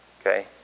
Okay